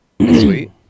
Sweet